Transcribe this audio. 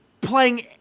playing